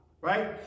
right